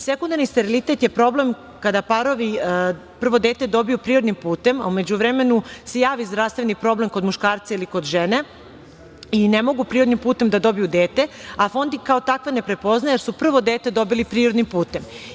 Sekundarni sterilitet je problem kada parovi prvo dete dobiju prirodnim putem, a u međuvremenu se javi zdravstveni problem kod muškarca ili kod žena i ne mogu prirodnim putem da dobiju dete, a Fond ih kao takve ne prepoznaje jer su prvo dete dobili prirodnim putem.